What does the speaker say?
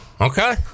Okay